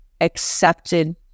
accepted